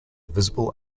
visible